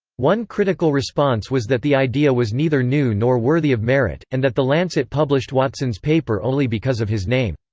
one critical response was that the idea was neither new nor worthy of merit, and that the lancet published watson's paper only because of his name.